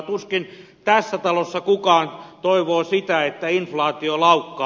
tuskin tässä talossa kukaan toivoo sitä että inflaatio laukkaa